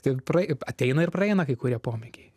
tai praei ateina ir praeina kai kurie pomėgiai